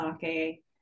sake